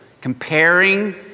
comparing